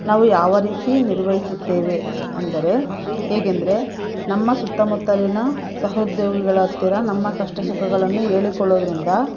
ನಾವು ಯಾವ ರೀತಿ ನಿರ್ವಹಿಸುತ್ತೇವೆ ಅಂದರೆ ಹೇಗೆಂದರೆ ನಮ್ಮ ಸುತ್ತಮುತ್ತಲಿನ ಸಹೋದ್ಯೋಗಿಗಳ ಹತ್ತಿರ ನಮ್ಮ ಕಷ್ಟ ಸುಖಗಳನ್ನು ಹೇಳಿಕೊಳ್ಳೋದ್ರಿಂದ